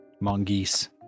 Mongoose